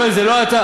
יואל, זה לא אתה.